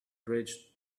bridge